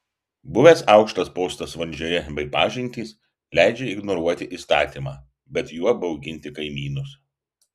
buvęs aukštas postas valdžioje bei pažintys leidžia ignoruoti įstatymą bet juo bauginti kaimynus